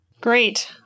Great